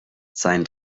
sein